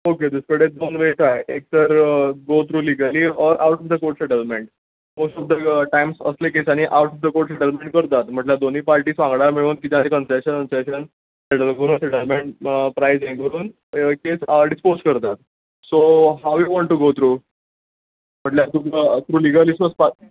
okay तुजे कडेन दोन वेज आसा एक तर go through legally or out in the court settlement most of the time असल्या केसांनी out of the court settlement करतात म्हटल्यार दोनी पार्टीज वांगडा मेळून कितें आसा तें कन्सेशन कन्सेशन सेटल करून सेटलमेंट प्रायज हें करून केस डिसपोज करतात so how you want to go through म्हटल्यार तुमकां थ्रू लिगली वचपा जाय